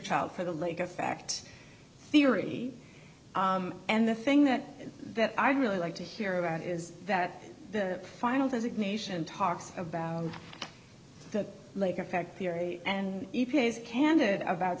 child for the lake effect theory and the thing that they are really like to hear about is that the final designation talks about the lake effect theory and e p a is candid about